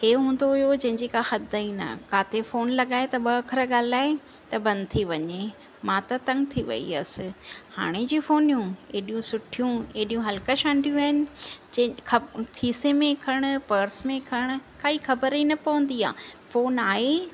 इहे हूंदो हुओ जंहिंजी का हद ई न काथे फोन लॻाए त ॿ अख़र ॻाल्हाए त बंदि थी वञे मां त तंग थी वई हुअसि हाणे जी फोनियूं एॾियूं सुठियूं एॾियूं हल्कशांडियूं आहिनि खीसे में खण पर्स में खण काई ख़बर ई न पवंदी आहे फोन आहे